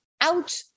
out